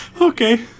Okay